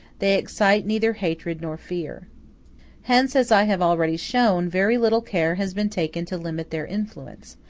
they excite neither hatred nor fear hence, as i have already shown, very little care has been taken to limit their influence,